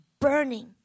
burning